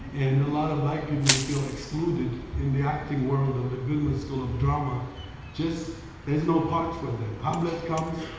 and and a lot of black people who feel excluded in the acting world of the goodman school of drama just there's no parts for them. hamlet comes.